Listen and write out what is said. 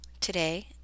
Today